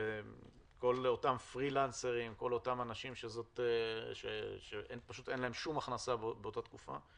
כל אותם פרילנסרים שאין להם שום הכנסה באותה תקופה.